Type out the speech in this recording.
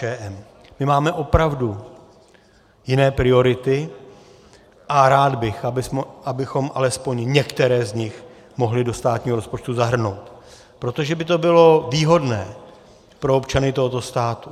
My máme opravdu jiné priority a rád bych, abychom alespoň některé z nich mohli do státního rozpočtu zahrnout, protože by to bylo výhodné pro občany tohoto státu.